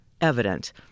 evident